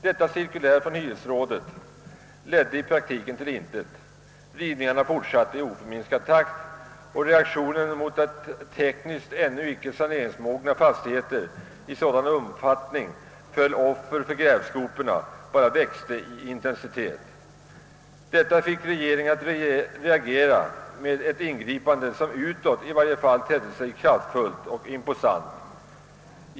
Detta cirkulär från hyresrådet ledde i praktiken till intet. Rivningarna fortsatte i oförminskad takt, och reaktionen mot att tekniskt ännu icke saneringsmogna fastigheter i sådan omfattning föll offer för grävskoporna bara växte i intensitet. Detta fick regeringen att reagera med ett ingripande som utåt i varje fall tedde sig kraftfullt och imposant.